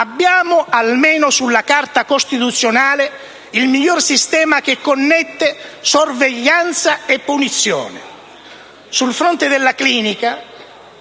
abbiamo, almeno sulla Carta costituzionale, il migliore sistema che connette sorveglianza e punizione. Sul fronte della clinica,